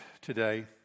today